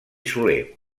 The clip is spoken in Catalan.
soler